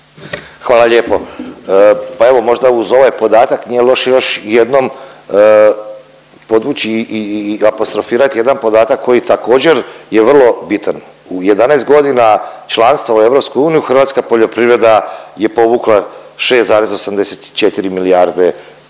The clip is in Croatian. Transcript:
Hvala lijepo. Pa evo možda uz ovaj podatak nije loše još jednom podvući i apostrofirati jedan podatak koji također je vrlo bitan. U 11 godina članstva u EU hrvatska poljoprivreda je povukla 6,84 milijarde